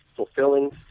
fulfilling